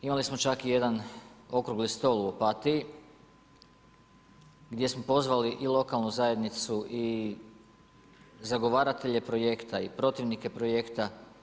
Imali smo čak i jedan okrugli stol u opatiji gdje smo pozvali i lokalnu zajednicu i zagovaratelje projekta i protivnike projekta.